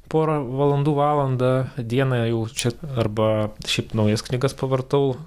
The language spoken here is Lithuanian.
porą valandų valandą dieną jau čia arba šiaip naujas knygas pavartau